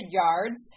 yards